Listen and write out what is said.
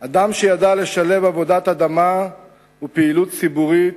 אדם שידע לשלב עבודת אדמה ופעילות ציבורית,